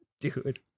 dude